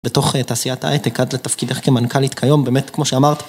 בתוך תעשיית ההייטק את בתפקידך כמנכ'לית כיום, באמת, כמו שאמרת.